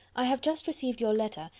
i have just received your letter,